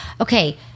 Okay